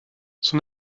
son